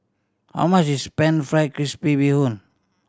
how much is Pan Fried Crispy Bee Hoon